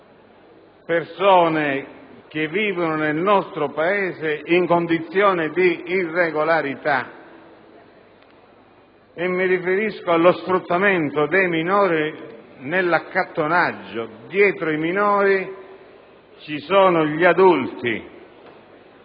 persone che vivono nel nostro Paese in condizione di irregolarità. Mi riferisco allo sfruttamento dei minori nell'accattonaggio; dietro ai minori ci sono gli adulti.